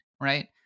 right